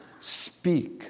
Speak